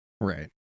Right